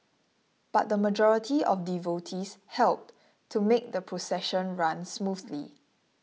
but the majority of devotees helped to make the procession run smoothly